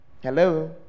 Hello